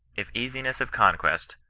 if easiness of conquest,